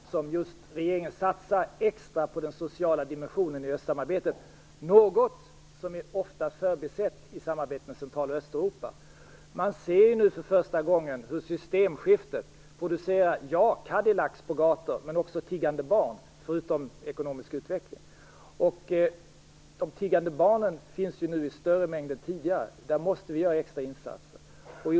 Fru talman! Det är just därför regeringen satsar extra på den sociala dimensionen i östsamarbetet, något som ofta förbises i samarbetet med Central och Östeuropa. Man ser nu för första gången hur systemskiftet producerar Cadillacar på gatan, ja, men också tiggande barn - förutom ekonomisk utveckling. De tiggande barnen finns ju nu i större mängd än tidigare. Där måste vi göra extra insatser.